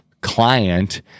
client